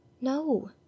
No